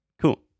Cool